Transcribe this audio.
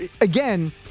again